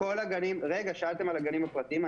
שאלתם על הגנים הפרטיים,